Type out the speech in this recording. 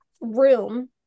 room